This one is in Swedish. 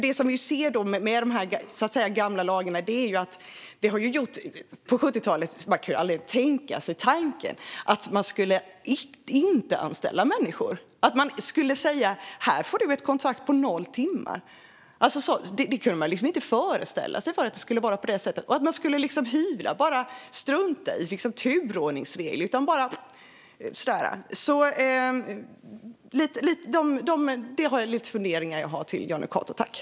Det vi ser i dessa gamla lagar är att man på 70-talet aldrig ens kunde tänka tanken att man inte skulle anställa människor, att man skulle säga: Här får du ett kontrakt på noll timmar. Det kunde man inte föreställa sig, och inte heller att det skulle hyvlas och bara struntas i turordningsregler. Det är lite funderingar jag har till Jonny Cato.